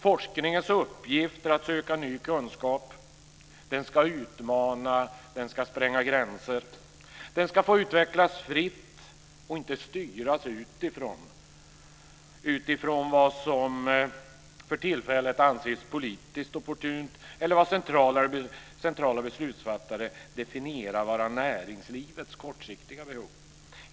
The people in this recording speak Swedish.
Forskningens uppgift att söka ny kunskap ska utmana, den ska spränga gränser, den ska få utvecklas fritt och inte styras av vad som för tillfället anses politiskt opportunt eller av vad centrala beslutsfattare definierar som näringslivets kortsiktiga behov.